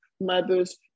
mother's